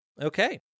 Okay